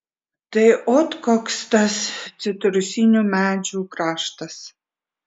tai ot koks tas citrusinių medžių kraštas